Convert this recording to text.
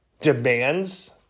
demands